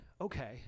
okay